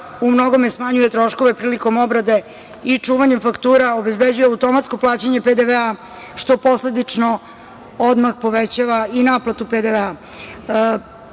u mnogome smanjuje troškove prilikom obrade i čuvanje faktura, obezbeđuje automatsko plaćanje PDV-a, što posledično odmah povećava i naplatu PDV-a.